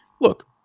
Look